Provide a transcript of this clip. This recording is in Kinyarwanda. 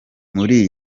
muri